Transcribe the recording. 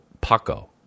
Paco